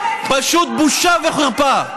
פשוט בושה וחרפה.